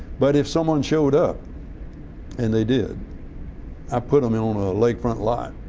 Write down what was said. but if someone showed up and they did i put them ah on a lakefront lot,